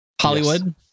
Hollywood